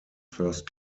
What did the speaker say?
first